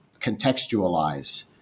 contextualize